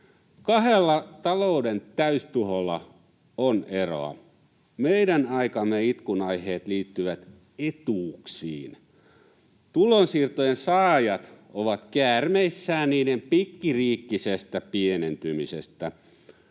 Kahdella talouden täystuholla on eroa. Meidän aikamme itkunaiheet liittyvät etuuksiin. Tulonsiirtojen saajat ovat käärmeissään niiden pikkiriikkisestä pienentymisestä.